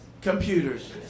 Computers